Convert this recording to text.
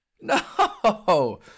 no